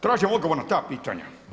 Tražim odgovor na ta pitanja.